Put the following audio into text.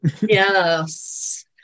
yes